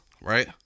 right